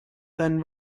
than